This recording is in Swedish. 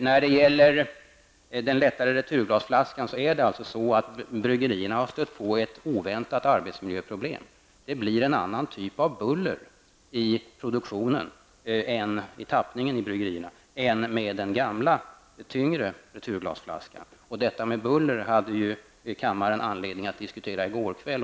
När det gäller den lättare returglasflaskan har bryggerierna stött på ett oväntat arbetsmiljöproblem. Det blir en annan typ av buller i produktionen vid tappningen i bryggerierna än med den gamla tyngre returglasflaskan. Detta med buller hade kammaren anledning att diskutera i går kväll.